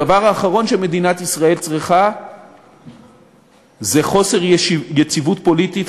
הדבר האחרון שמדינת ישראל צריכה זה חוסר יציבות פוליטית,